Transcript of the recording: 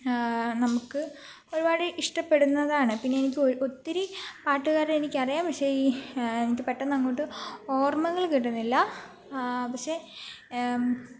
നമുക്ക് ഒരുപാട് ഇഷ്ടപ്പെടുന്നതാണ് പിന്നെ എനിക്ക് ഒത്തിരി പാട്ടുകാരെ എനിക്ക് അറിയാം പക്ഷെ ഈ ചെയ്ത് പെട്ടെന്ന് അങ്ങോട്ട് ഓർമ്മകൾ കിട്ടുന്നില്ല പക്ഷെ